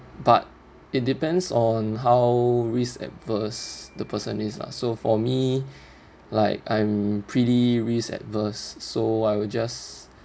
but it depends on how risk adverse the person is lah so for me like I'm pretty risk adverse so I will just